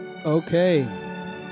Okay